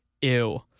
ew